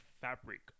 fabric